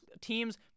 teams